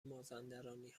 مازندرانی